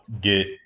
get